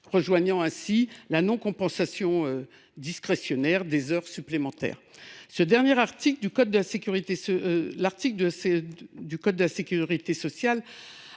rejoignant ainsi la non compensation discrétionnaire des heures supplémentaires. L’article du code de la sécurité sociale